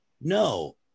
No